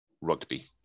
rugby